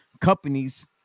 companies